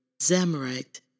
Zamorite